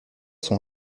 sont